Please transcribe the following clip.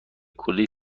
کلی